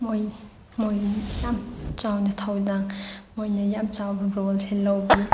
ꯃꯣꯏ ꯃꯣꯏ ꯌꯥꯝ ꯆꯥꯎꯅ ꯊꯧꯗꯥꯡ ꯃꯣꯏꯅ ꯌꯥꯝ ꯆꯥꯎꯕ ꯔꯣꯜꯁꯦ ꯂꯧꯕꯤ